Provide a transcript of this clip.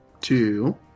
Two